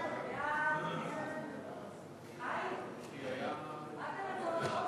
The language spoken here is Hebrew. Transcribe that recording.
סעיפים 1 15